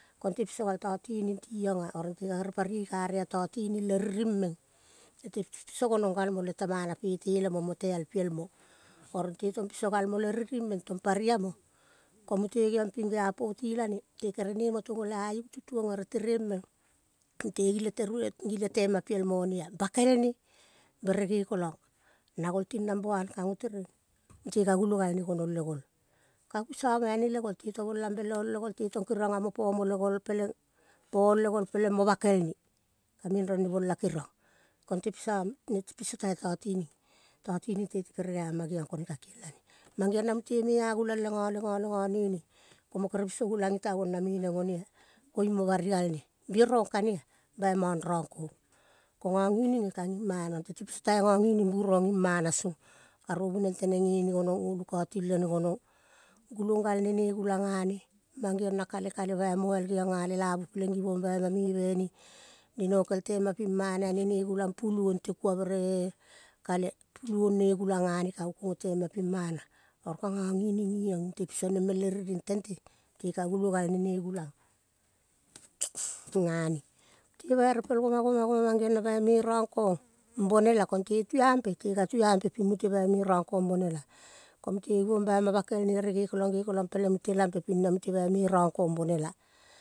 Konte piso gal tatining tionga. Oro nte ka gere pari igare a tatining le riring meng. Nete piso gonong galmo lete mana pe telemo mote al piel mo. Oro nte tong piso galmo le riring meng tong pari amo. Ko mote geong ping geapoti lane. Te kere nemo tongo la aingu tutuong ere meng mute gile te gile tema pielmo ne. Bakeline bere gekolang. Nagol ting nomba van kango tereng mute ka gulo galne gonong le gol. Ka bisoma ane le gol. Te tovolambe leong le gol te tong keriong amo pomo le gol peleng po ong le gol peleng mo bakelne. Kamendrong ne bola keriong. Konte pisa, nete piso tai tatining. Tatining teti kere geama geong kone kakelane. Mang geong na mute me agulang lenga, lenga lengane ne, komo kere biso gulang ngitavong na meneng onea koiving mo bari galne bierong kanea bai mang rang kong. Ko ngangining nge kangi mana. Teti piso tai ngangining buronga ngi mana song karovu neng teneng ngene gonong, ngo lukauti lene gonong, gulong galne ne gulang ngane. Mang geong na kale, kale, bai moial geong a lelavu peleng givong baima mebe ne. Ne nokel tema pimana ane ne gulang puluong. Te kua bere kale. Puluong ne gulang ngane kango kuongo tema pimora oro ka ngangining niong nte piso mo meng le riring. Tente mute ka gulo galne ne gulang ngane. Mute bai repel goma, goma, goma mang geong na bai me rang kong bonela konte tuampe. Te ka tuampe ping mute bai me rang kong bonela. Ko mute givong baima bakel ne ere gekolang peleng mute lampe pina mute bai me rang kong bonela.